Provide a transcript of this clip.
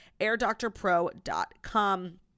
AirDoctorPro.com